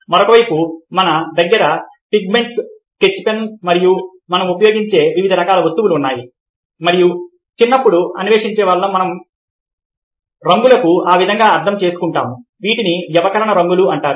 మరోవైపు మన దగ్గర పిగ్మెంట్లు స్కెచ్ పెన్ మరియు మనం ఉపయోగించే వివిధ రకాల వస్తువులు ఉన్నాయి మరియు మనం చిన్నప్పుడు అన్వేషించేవాళ్ళం మరియు మనం రంగులను ఆ విధంగా అర్థం చేసుకుంటాము వీటిని వ్యవకలన రంగులు అంటారు